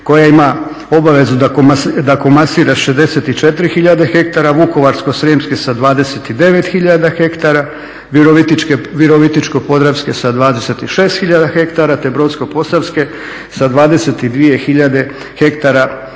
koja ima obavezu da komasira 64 tisuće, Vukovarsko-srijemska sa 29 tisuća hektara, Virovitičko-podravske sa 26 tisuća hektara te Brodsko-posavske sa 22 tisuće hektara